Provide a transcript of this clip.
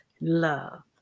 love